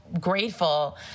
grateful